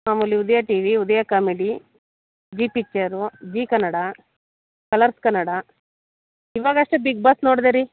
ಮಾಮೂಲಿ Udaya T V Udaya comedy Zee picture Zee Kannada colours Kannada ಇವಾಗಷ್ಟೇ Bigg Boss ನೋಡಿದೆ ರೀ